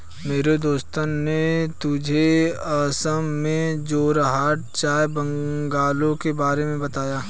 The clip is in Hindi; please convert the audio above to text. मेरे दोस्त ने मुझे असम में जोरहाट चाय बंगलों के बारे में बताया